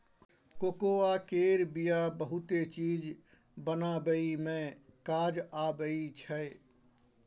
cocoa केर बिया बहुते चीज बनाबइ मे काज आबइ छै